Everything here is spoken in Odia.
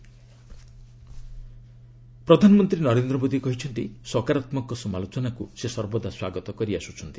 ପିଏମ୍ ମନୋରମା ପ୍ରଧାନମନ୍ତ୍ରୀ ନରେନ୍ଦ୍ର ମୋଦି କହିଛନ୍ତି ସକାରାତ୍ମକ ସମାଲୋଚନାକୁ ସେ ସର୍ବଦା ସ୍ୱାଗତ କରିଆସୁଛନ୍ତି